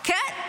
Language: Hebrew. כן.